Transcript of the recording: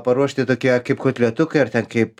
paruošti tokie kaip kotletukai ar ten kaip